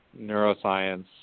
neuroscience